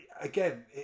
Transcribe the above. again